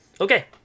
Okay